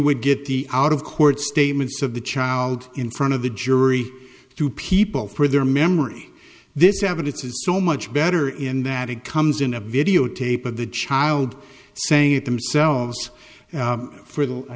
would get the out of court statements of the child in front of the jury to people for their memory this evidence is so much better in that it comes in a videotape of the child saying it themselves for the i